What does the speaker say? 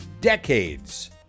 decades